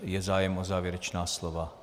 Je zájem o závěrečná slova?